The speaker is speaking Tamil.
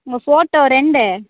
உங்கள் ஃபோட்டோ ரெண்டு